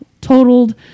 totaled